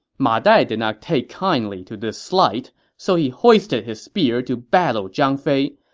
ma dai did not take kindly to this slight, so he hoisted his spear to battle zhang fei.